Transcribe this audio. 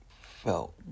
felt